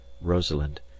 Rosalind